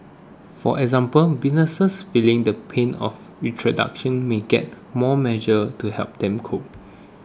for example businesses feeling the pain of restructuring may get more measures to help them cope